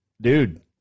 dude